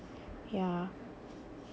yeah